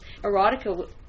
erotica